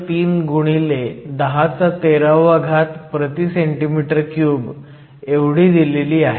3 x 1013 cm 3 एवढी दिलेली आहे